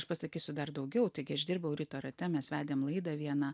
aš pasakysiu dar daugiau taigi aš dirbau ryto rate mes vedėm laidą vieną